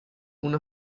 una